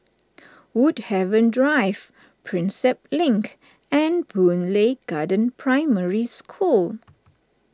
Woodhaven Drive Prinsep Link and Boon Lay Garden Primary School